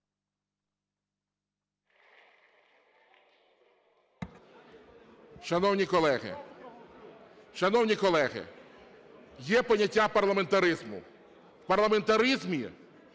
Шановні колеги, є поняття парламентаризму. В парламентаризмі